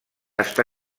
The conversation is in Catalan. està